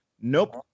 Nope